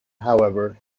however